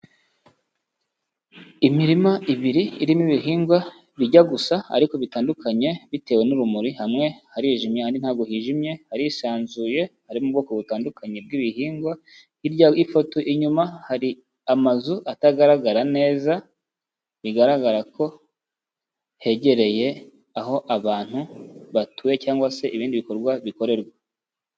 Imirima ibiri irimo ibihingwa, bijya gusa ariko bitandukanye bitewe n'urumuri, hamwe harijimye ahandi ntabwo hijimye, harisanzuye harimo ubwoko butandukanye bw'ibihingwa; hirya y'ifoto inyuma hari amazu atagaragara neza, bigaragara ko hegereye aho abantu batuye, cyangwa se ibindi bikorwa bikorerwa.